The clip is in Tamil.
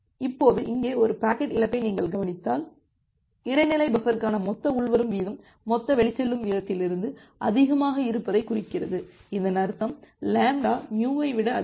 இப்போது இங்கே ஒரு பாக்கெட் இழப்பை நீங்கள் கவனித்தால் இடைநிலை பஃபருக்கான மொத்த உள்வரும் வீதம் மொத்த வெளிச்செல்லும் விகிதத்திலிருந்து அதிகமாக இருப்பதைக் குறிக்கிறது இதன் அர்த்தம் λ μஐ விட அதிகம்